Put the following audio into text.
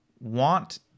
want